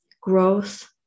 growth